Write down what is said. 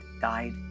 died